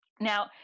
Now